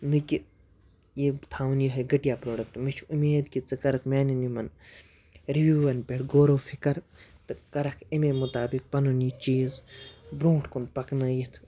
نہٕ کہِ یہِ تھاوُن یِہٕے گھٹیا پرٛوڈَکٹہٕ مےٚ چھُ اُمید کہِ ژٕ کَرَکھ میٛانٮ۪ن یِمَن رِوِوَن پٮ۪ٹھ غوروفکر تہٕ کَرَکھ اَمے مُطابق پَنُن یہِ چیٖز برونٛٹھ کُن پَکنٲیِتھ